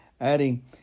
adding